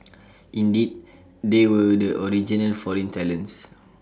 indeed they were the original foreign talents